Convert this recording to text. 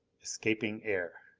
escaping air!